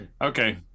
okay